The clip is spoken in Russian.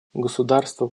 государство